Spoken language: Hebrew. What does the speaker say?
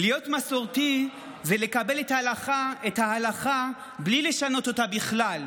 להיות מסורתי זה לקבל את ההלכה בלי לשנות אותה בכלל,